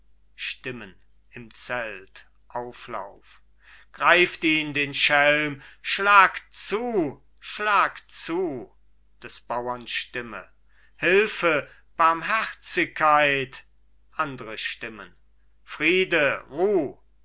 stimmen im zelt auflauf greift ihn den schelm schlagt zu schlagt zu des bauern stimme hilfe barmherzigkeit andre stimmen friede ruh